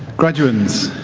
graduands,